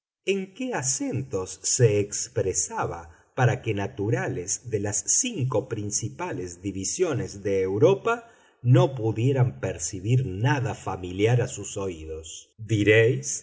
en qué acentos se expresaba para que naturales de las cinco principales divisiones de europa no pudieran percibir nada familiar a sus oídos diréis